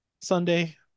Sunday